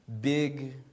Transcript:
big